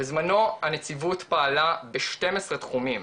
בזמנו הנציבות פעלה ב-12 תחומים,